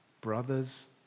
brothers